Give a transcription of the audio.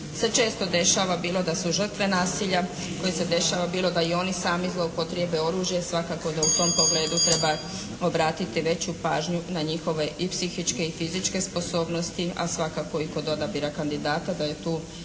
često dešava bilo da su žrtve nasilja koji se dešava, bilo da i oni sami zloupotrijebe oružje svakako da u tom pogledu treba obratiti veću pažnju na njihove i psihičke i fizičke sposobnosti, a svakako i kod odabira kandidata da je tu i da